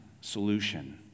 solution